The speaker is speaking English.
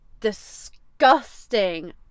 Disgusting